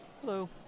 Hello